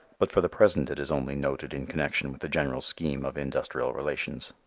but for the present it is only noted in connection with the general scheme of industrial relations.